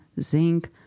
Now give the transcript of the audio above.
zinc